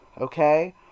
Okay